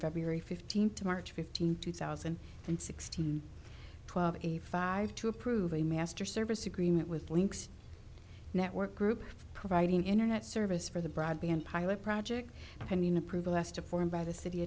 february fifteenth to march fifteenth two thousand and sixteen twelve a five to approve a master service agreement with links network group providing internet service for the broadband pilot project pending approval as to form by the city